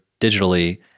digitally